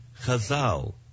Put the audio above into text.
Chazal